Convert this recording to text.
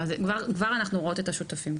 אני עושה פינג-פונג בין הרשויות,